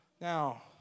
Now